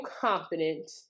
confident